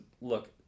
look